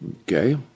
Okay